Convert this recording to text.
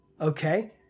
okay